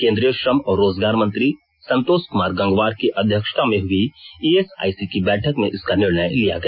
केन्द्रीय श्रम और रोजगार मंत्री संतोष कुमार गंगवार की अध्यक्षता में हुई ईएसआईसी की बैठक में इसका निर्णय किया गया